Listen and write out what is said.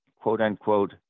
quote-unquote